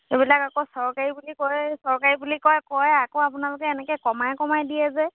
এইবিলাক আকৌ চৰকাৰী বুলি কয় চৰকাৰী বুলি কয় কয় আকৌ আপোনালোকে এনেকে কমাই কমাই দিয়ে যে